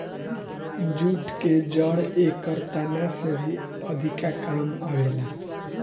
jute के जड़ एकर तना से भी अधिका काम आवेला